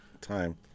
time